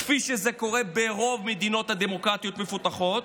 כפי שקורה ברוב המדינות הדמוקרטיות המפותחות,